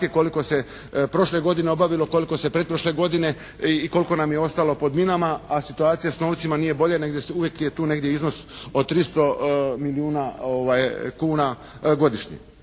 koliko se prošle godine obavilo, koliko se pretprošle godine i koliko nam je ostalo pod minama. A situacija s novcima nije bolja nego uvijek je tu negdje iznos od 300 milijuna kuna godišnje.